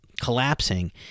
collapsing